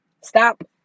Stop